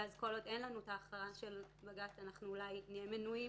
ואז כל עוד אין לנו ההכרעה של בג"ץ אולי נהיה מנועים